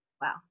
Wow